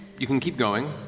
you can keep going.